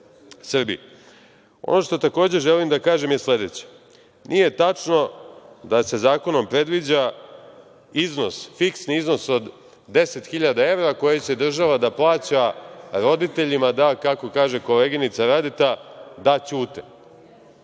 Srbiji. Ono što takođe želim da kažem je sledeće – nije tačno da se zakonom predviđa iznos, fiksni iznos od 10.000 evra koji će država da plaća roditeljima da, kako kaže koleginica Radeta, da ćute.